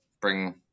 bring